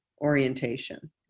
orientation